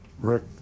Rick